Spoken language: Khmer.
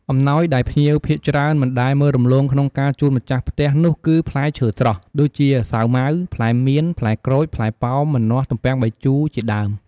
អំណោយដែលភ្ញៀវភាគច្រើនមិនដែលមើលរំលងក្នុងការជូនម្ចាស់ផ្ទះនោះគឺផ្លែឈើស្រស់ ដូចជាសាវម៉ាវ ផ្លែមៀន ផ្លែក្រូច ផ្លែប៉ោម ម្នាស់ ទំពាំងបាយជូរជាដើម។